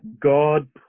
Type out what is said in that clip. God